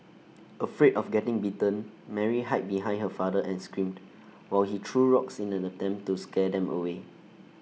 afraid of getting bitten Mary hid behind her father and screamed while he threw rocks in an attempt to scare them away